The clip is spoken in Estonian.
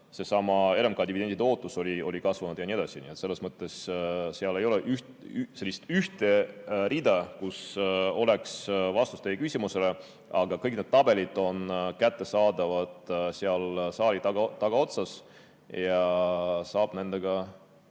seesama RMK dividendi ootus oli kasvanud jne. Nii et selles mõttes ei ole seal sellist ühte rida, kus oleks vastus teie küsimusele. Aga kõik need tabelid on kättesaadavad saali tagaotsas, kus saab nendega